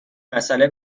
مسئله